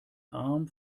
arm